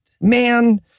man